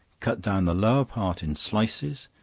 cut down the lower part in slices,